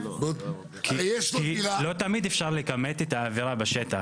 לא תמיד אפשר לקמט את העבירה בשטח.